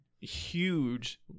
huge